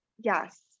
Yes